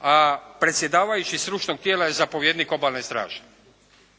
a predsjedavajući stručnog tijela je zapovjednik Obalne straže.